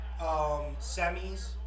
semis